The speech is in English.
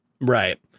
Right